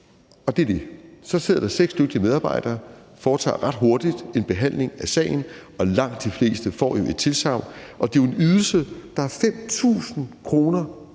og det er det – og så sidder der seks dygtige medarbejdere, der ret hurtigt foretager en behandling af sagen, og langt de fleste får jo et tilsagn, og det er jo en ydelse, der er 5.000 kr.